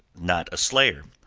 not a slayer.